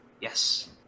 Yes